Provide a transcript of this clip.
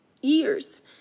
Years